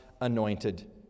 anointed